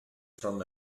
from